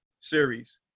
series